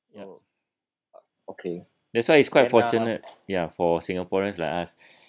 ya okay that's why it's quite fortunate ya for singaporeans like us